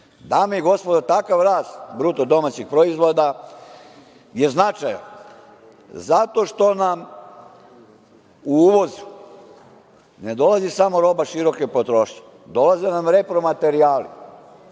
i gospodo, takav rast bruto domaćih proizvoda je značajan, zato što nam u uvozu ne dolazi samo roba široke potrošnje, dolaze nam repromaterijali,